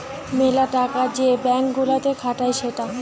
মেলা টাকা যে ব্যাঙ্ক গুলাতে খাটায় সেটা